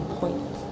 point